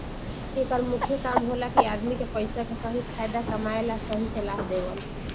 एकर मुख्य काम होला कि आदमी के पइसा के सही फायदा कमाए ला सही सलाह देवल